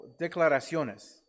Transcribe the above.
declaraciones